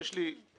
יש לי עניין,